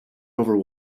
over